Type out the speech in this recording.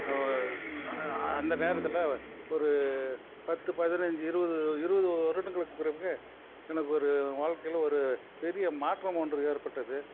அந்த நேரத்தில் ஒரு பத்து பதினஞ்சு இருபது இருபது வருடங்களுக்கு பிறகு எனக்கு ஒரு வாழ்க்கையில் ஒரு பெரிய மாற்றம் ஒன்று ஏற்பட்டது